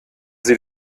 sie